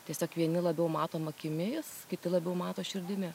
tiesiog vieni labiau matom akimis kiti labiau mato širdimi